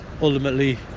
ultimately